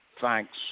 Thanks